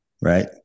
right